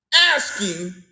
Asking